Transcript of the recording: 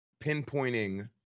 pinpointing